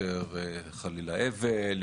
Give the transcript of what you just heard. יותר חלילה אבל,